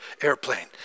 airplane